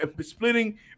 splitting